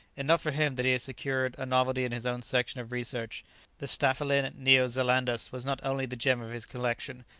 enough for him that he had secured a novelty in his own section of research the staphylin neo-zelandus was not only the gem of his collection,